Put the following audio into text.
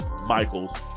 Michaels